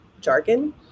jargon